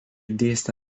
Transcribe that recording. dėstė